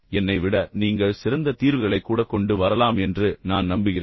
என்னை விட நீங்கள் சிறந்த தீர்வுகளைக் கூட கொண்டு வரலாம் என்று நான் நம்புகிறேன்